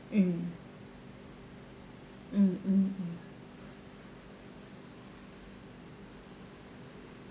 mm mm mmhmm